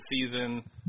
season